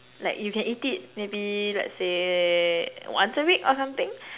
like you can eat it maybe let's say once a week or something